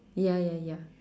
ya ya ya